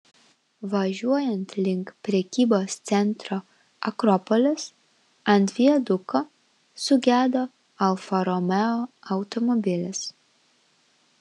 važiuojant link prekybos centro akropolis ant viaduko sugedo alfa romeo automobilis